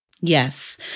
Yes